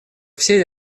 все